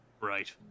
Right